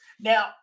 Now